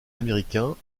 américains